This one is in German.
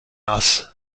ass